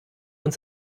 uns